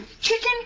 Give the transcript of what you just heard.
Chicken